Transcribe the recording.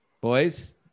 boys